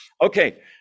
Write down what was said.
Okay